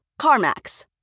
CarMax